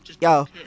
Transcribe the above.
yo